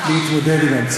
תתבייש